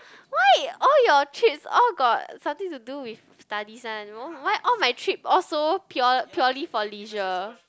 why all your trips all got something to do with studies one no why all my trip all so pure~ purely for leisure